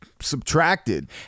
subtracted